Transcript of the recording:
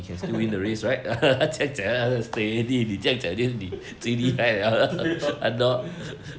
对 lor